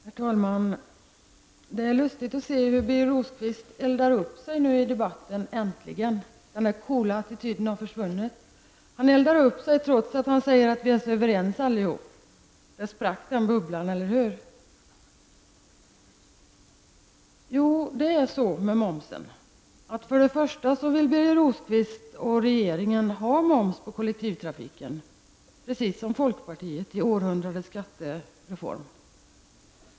Herr talman! Det är lustigt att se hur Birger Rosqvist nu äntligen eldar upp sig i debatten. Hans ''coola'' attityd har försvunnit. Han eldar upp sig trots att han säger att vi alla är så överens. Den bubblan sprack, eller hur? Vad beträffar momsen vill Birger Rosqvist och regeringen precis som folkpartiet först och främst ha moms på kollektivtrafiken i och med århundradets skattereform.